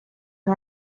and